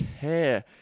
care